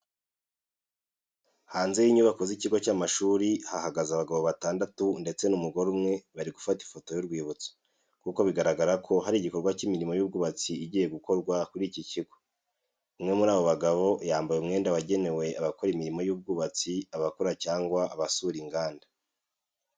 Hanze y'inyubako z'ikigo cy'amashuri hahagaze abagabo batandatu ndetse n'umugore umwe bari gufata ifoto y'urwibutso, kuko bigaragara ko hari igikorwa cy'imirimo y'ubwubatsi igiye gukorwa kuri iki kigo. Umwe muri abo bagabo yambaye umwenda wagenewe abakora imirimo y'ubwubatsi, abakora cyangwa abasura inganda.